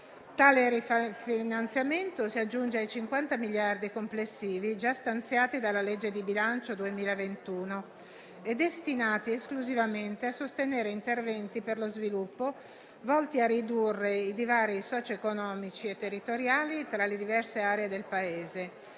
Tale rifinanziamento si aggiunge ai 50 miliardi complessivi già stanziati dalla legge di bilancio 2021 e destinati esclusivamente a sostenere interventi per lo sviluppo volti a ridurre i divari socio-economici e territoriali tra le diverse aree del Paese.